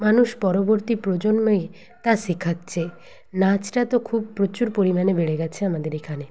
মানুষ পরবর্তী প্রজন্মে তা শেখাচ্ছে নাচটা তো খুব প্রচুর পরিমাণে বেড়ে গেছে আমাদের এখানে